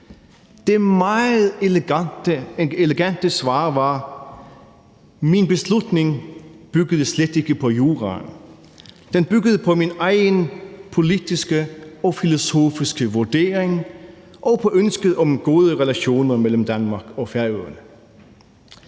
Det meget elegante svar var: Min beslutning byggede slet ikke på juraen. Den byggede på min egen politiske og filosofiske vurdering og på ønsket om gode relationer mellem Danmark og Færøerne.